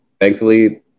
thankfully